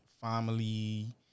family